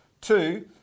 Two